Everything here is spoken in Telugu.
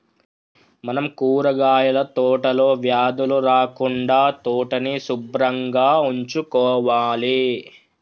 మనం కూరగాయల తోటలో వ్యాధులు రాకుండా తోటని సుభ్రంగా ఉంచుకోవాలి